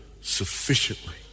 sufficiently